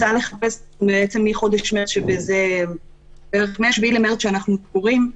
מחודש מרץ, מה-7 במרץ שאנחנו סגורים,